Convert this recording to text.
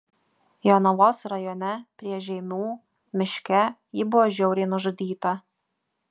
jonavos rajone prie žeimių miške ji buvo žiauriai nužudyta